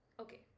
Okay